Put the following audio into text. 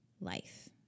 life